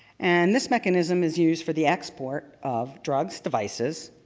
and this mechanism is used for the export of drugs, devices,